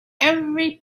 every